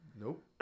nope